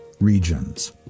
regions